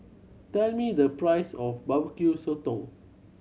tell me the price of Barbecue Sotong